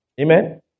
Amen